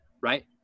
right